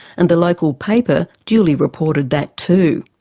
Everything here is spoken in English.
and the local paper duly reported that too.